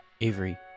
Avery